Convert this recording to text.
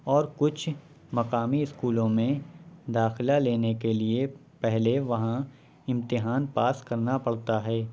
اور کچھ مقامی اسکولوں میں داخلہ لینے کے لیے پہلے وہاں امتحان پاس کرنا پڑتا ہے